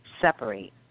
Separate